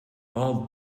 all